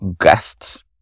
guests